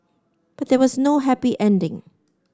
but there was no happy ending